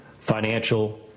financial